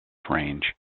range